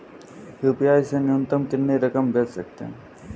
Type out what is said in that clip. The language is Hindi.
यू.पी.आई से न्यूनतम कितनी रकम भेज सकते हैं?